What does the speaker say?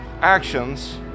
actions